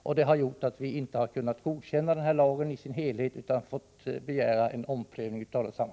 Detta har gjort att vi inte har kunnat godkänna lageni dess helhet utan vi har tvingats begära en omprövning av lagförslaget.